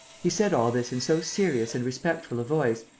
he said all this in so serious and respectful a voice,